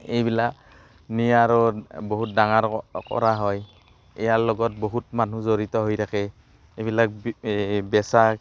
এইবিলাক নি আৰু বহুত ডাঙৰ কৰা হয় ইয়াৰ লগত বহুত মানুহ জড়িত হৈ থাকে এইবিলাক বেচা